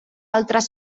altres